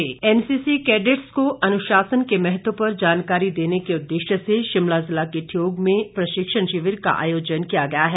NCC शिविर NCC cadets को अनुशासन के महत्व पर जानकारी देने के उदेश्य से शिमला जिला के ठियोग में प्रशिक्षण शिविर का आयोजन किया गया है